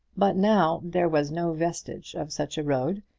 but now there was no vestige of such road,